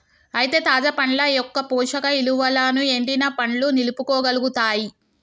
అయితే తాజా పండ్ల యొక్క పోషక ఇలువలను ఎండిన పండ్లు నిలుపుకోగలుగుతాయి